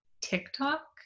TikTok